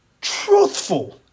truthful